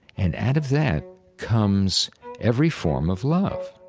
and out of that comes every form of love